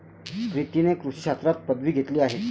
प्रीतीने कृषी शास्त्रात पदवी घेतली आहे